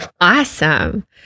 Awesome